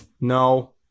No